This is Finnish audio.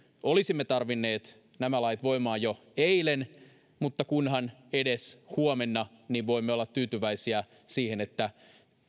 olisimme tarvinneet nämä lait voimaan jo eilen mutta kunhan edes huomenna niin voimme olla tyytyväisiä siihen että